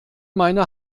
meine